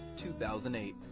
2008